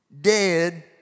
Dead